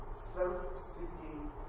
self-seeking